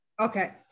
Okay